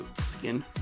Skin